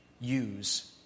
use